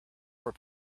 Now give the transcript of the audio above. were